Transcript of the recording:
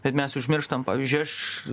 bet mes užmirštam pavyzdžiui aš